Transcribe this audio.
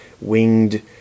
winged